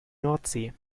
nordsee